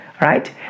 right